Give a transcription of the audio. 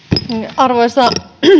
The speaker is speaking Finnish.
arvoisa